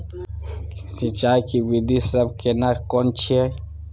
सिंचाई के विधी सब केना कोन छिये?